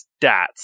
stats